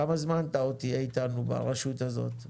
כמה זמן אתה עוד תהיה אתנו ברשות הזאת?